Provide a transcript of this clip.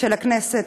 של הכנסת.